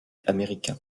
américain